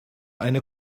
eine